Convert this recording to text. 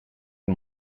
een